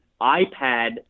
iPad